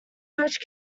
birch